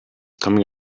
coming